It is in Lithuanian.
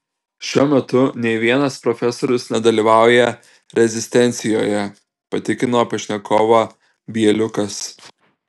šiuo metu nė vienas profesorius nedalyvauja rezistencijoje patikino pašnekovą bieliukas